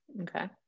Okay